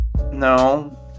No